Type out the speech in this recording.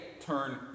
turn